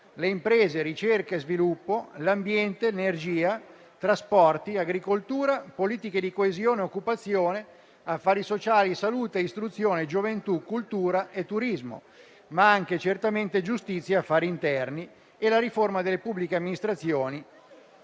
imprese, ricerca e sviluppo, ambiente, energia, trasporti, agricoltura, politiche di coesione, occupazione, affari sociali, salute, istruzione e gioventù, cultura e turismo, ma anche certamente giustizia e affari interni, riforma delle pubbliche amministrazioni.